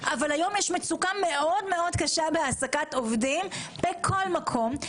אבל היום יש מצוקה מאוד קשה בהעסקת עובדים בכל מקום,